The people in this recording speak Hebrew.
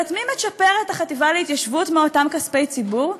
אבל את מי מצ'פרת החטיבה להתיישבות מאותם כספי ציבור?